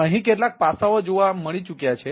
અહીં કેટલાક પાસાઓ જોવા મળી ચૂક્યા છે